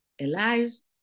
Elias